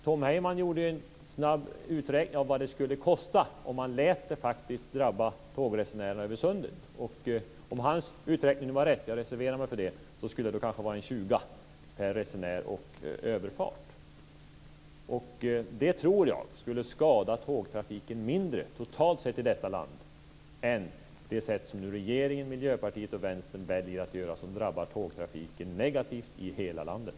Tom Heyman gjorde en snabb uträkning av vad det skulle kosta om man lät det drabba tågresenärerna över sundet. Om hans uträkning var rätt - jag reserverar mig för det - skulle det kanske vara en tjuga per resenär och överfart. Det tror jag skulle skada tågtrafiken mindre, totalt sett i detta land, än det sätt som nu regeringen, Miljöpartiet och Vänstern väljer och som drabbar tågtrafiken negativt i hela landet.